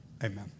Amen